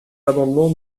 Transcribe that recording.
l’amendement